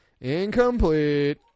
Incomplete